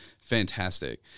fantastic